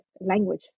language